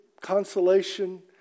consolation